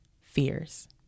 fears